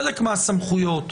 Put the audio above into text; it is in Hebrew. חלק מהסמכויות